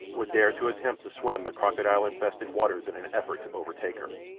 would dare to attempt to swim the crocodile-infested water in an effort to overtake her.